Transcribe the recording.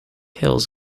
hills